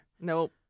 Nope